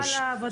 תודה על הדיון